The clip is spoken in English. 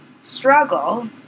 struggle